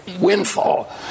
windfall